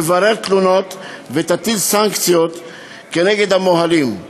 תברר תלונות ותטיל סנקציות כנגד המוהלים.